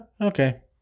okay